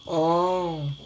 orh